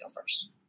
first